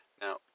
Now